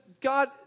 God